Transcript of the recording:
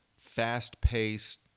fast-paced